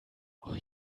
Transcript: noch